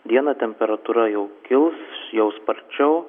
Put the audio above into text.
dieną temperatūra jau kils jau sparčiau